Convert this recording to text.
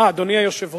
אה, אדוני היושב-ראש.